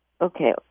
Okay